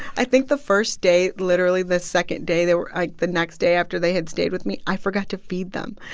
i think the first day literally the second day, they were like, the next day after they had stayed with me, i forgot to feed them.